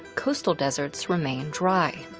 coastal deserts remain dry.